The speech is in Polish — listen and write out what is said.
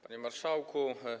Panie Marszałku!